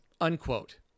unquote